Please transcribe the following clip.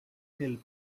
help